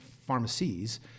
pharmacies